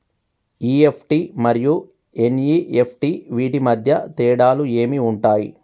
EFT మరియు NEFT వీటి మధ్య తేడాలు ఏమి ఉంటాయి?